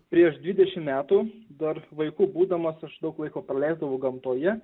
prieš dvidešim metų dar vaiku būdamas aš daug laiko praleisdavau gamtoje